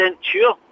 sure